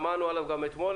שמענו עליו גם אתמול.